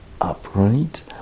upright